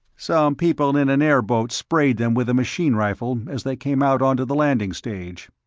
some people in an airboat sprayed them with a machine rifle as they came out onto the landing stage.